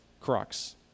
crux